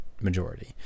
majority